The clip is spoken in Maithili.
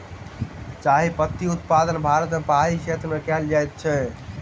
चाह पत्ती उत्पादन भारत के पहाड़ी क्षेत्र में कयल जाइत अछि